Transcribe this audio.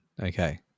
Okay